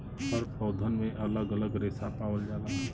हर पौधन में अलग अलग रेसा पावल जाला